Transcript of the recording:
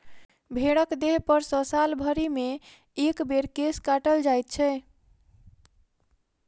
भेंड़क देहपर सॅ साल भरिमे एक बेर केश के काटल जाइत छै